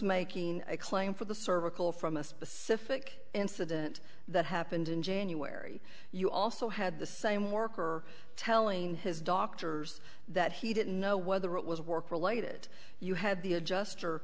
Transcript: making a claim for the cervical from a specific incident that happened in january you also had the same worker telling his doctors that he didn't know whether it was work related you had the adjuster